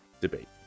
Debate